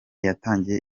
yatangiye